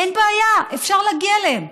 אין בעיה, אפשר להגיע אליהם.